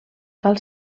cal